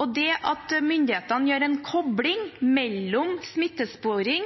og det at myndighetene gjør en kobling mellom smittesporing